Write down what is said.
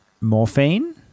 Morphine